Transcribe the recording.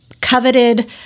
coveted